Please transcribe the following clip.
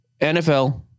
NFL